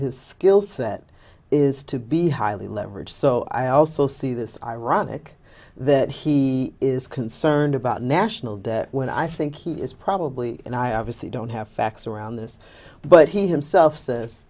his skill set is to be highly leveraged so i also see this ironic that he is concerned about national debt when i think he is probably and i obviously don't have facts around this but he himself says